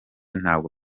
ntabwo